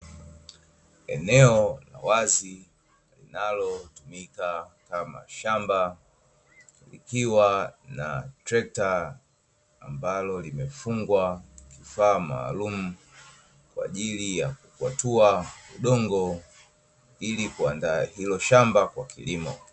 Eneo la wazi linalotumika kama shamba, likiwa na trekta ambalo limefungwa kifaa maalumu kwa ajili ya kukwatua udongo ili kuandaa hilo shamba kwa kilimo.